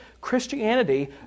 Christianity